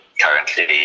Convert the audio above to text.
currently